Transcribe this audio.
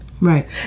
Right